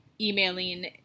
emailing